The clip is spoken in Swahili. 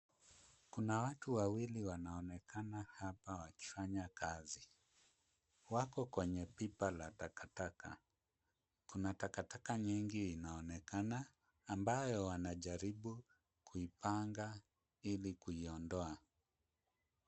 Kuna watu wawili wanaonekana hapa wakifanya kazi. Wako kwenye pipa la takataka. Kuna taka taka nyingi inaonekana ambayo wanajaribu kuipanga ili kuiondoa.